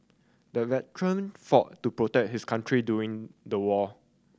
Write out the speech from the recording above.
the veteran fought to protect his country during the war